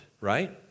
right